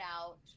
out